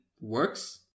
works